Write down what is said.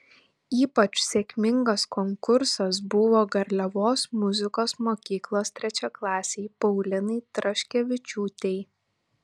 ypač sėkmingas konkursas buvo garliavos muzikos mokyklos trečiaklasei paulinai traškevičiūtei